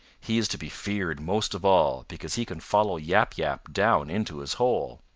he is to be feared most of all because he can follow yap yap down into his hole.